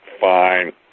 fine